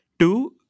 Two